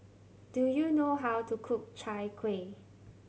do you know how to cook Chai Kueh